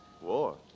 War